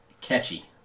Catchy